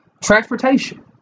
Transportation